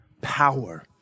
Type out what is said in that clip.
power